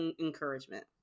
encouragement